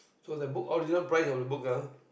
so the book original price of the book ah